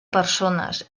persones